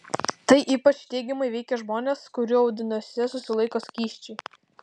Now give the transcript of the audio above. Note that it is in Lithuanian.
tai ypač teigiamai veikia žmones kurių audiniuose susilaiko skysčiai